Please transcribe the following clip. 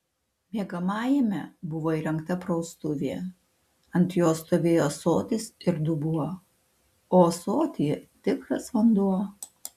miegamajame buvo įrengta praustuvė ant jos stovėjo ąsotis ir dubuo o ąsotyje tikras vanduo